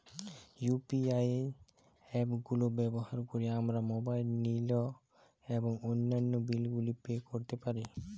UPI app গুলো ব্যবহার করে আমরা মোবাইল নিল এবং অন্যান্য বিল গুলি পে করতে পারি